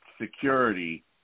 security